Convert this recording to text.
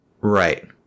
Right